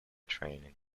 training